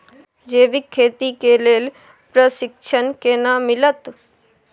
जैविक खेती के लेल प्रशिक्षण केना मिलत?